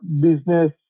business